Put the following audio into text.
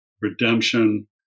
redemption